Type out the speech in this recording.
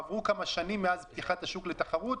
עברו כמה שנים מאז פתיחת השוק לתחרות,